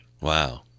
Wow